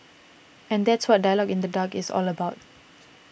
and that's what Dialogue in the Dark is all about